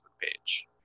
page